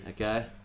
Okay